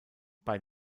bei